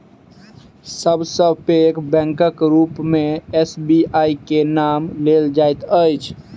सब सॅ पैघ बैंकक रूप मे एस.बी.आई के नाम लेल जाइत अछि